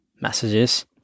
messages